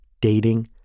dating